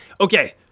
Okay